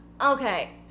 Okay